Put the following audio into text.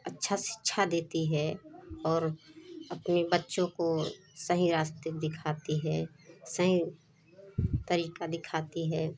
अच्छा शिक्षा देती है और अपने बच्चों को सही रास्ते दिखाती है सही तरीका दिखाती है